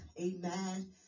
Amen